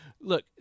look